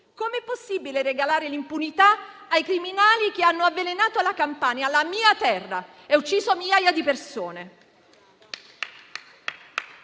Com'è possibile regalare l'impunità ai criminali che hanno avvelenato la Campania, la mia terra, e ucciso migliaia di persone?